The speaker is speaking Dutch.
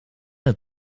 het